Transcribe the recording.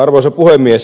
arvoisa puhemies